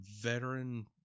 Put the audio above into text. veteran